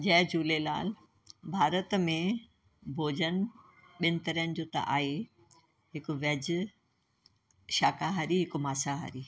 जय झूलेलाल भारत में भोजन ॿिन तरह जो त आहे हिकु वेज शाकाहारी हिकु मांसाहारी